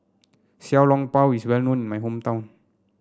Xiao Long Bao is well known in my hometown